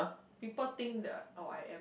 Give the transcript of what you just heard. people think that oh I am